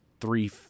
three